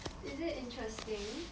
is it interesting